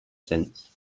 since